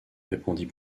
répondit